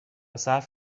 صرف